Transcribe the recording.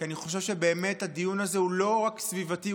כי אני חושב שבאמת הדיון הזה הוא לא רק סביבתי,